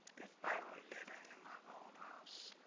if i were living in my own house,